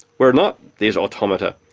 we're not these automata.